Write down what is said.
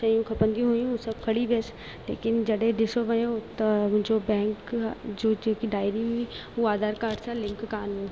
शयूं खपंदी हुयूं सभु खणी वियसि लेकिन जॾहिं ॾिसो वियो त मुंहिंजो बैंक जो जेकी डायरी हुई उहा आधार काड सां लिंक कोन हुई